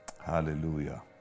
Hallelujah